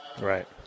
Right